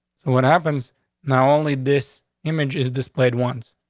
so what happens now? only this image is displayed ones.